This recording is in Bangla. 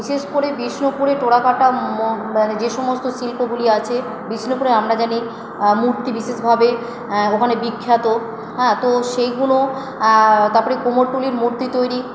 বিশেষ করে বিষ্ণুপুরে টেরাকোটা মানে যে সমস্ত শিল্পগুলি আছে বিষ্ণুপুরে আমরা জানি মূর্তি বিশেষভাবে ওখানে বিখ্যাত হ্যাঁ তো সেইগুনো তাপরে কুমোরটুলির মূর্তি তৈরি